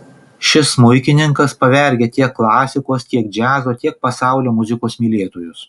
šis smuikininkas pavergia tiek klasikos tiek džiazo tiek pasaulio muzikos mylėtojus